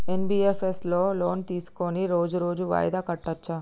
NBFS లో loan తీస్కొని రోజు రోజు వాయిదా కట్టచ్ఛా?